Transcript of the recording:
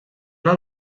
una